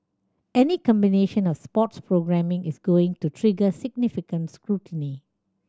any combination of sports programming is going to trigger significant scrutiny